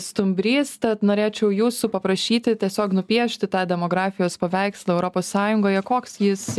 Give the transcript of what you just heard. stumbrys tad norėčiau jūsų paprašyti tiesiog nupiešti tą demografijos paveikslą europos sąjungoje koks jis